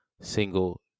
single